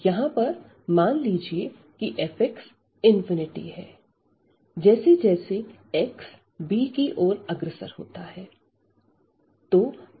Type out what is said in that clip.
यहां पर मान लीजिए की fx है जैसे जैसे x b की ओर अग्रसर होता है